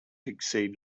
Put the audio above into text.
exceed